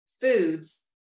foods